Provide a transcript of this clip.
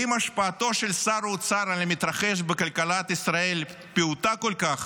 אם השפעתו של שר האוצר על המתרחש בכלכלת ישראל פעוטה כל כך,